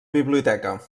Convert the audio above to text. biblioteca